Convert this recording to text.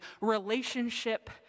relationship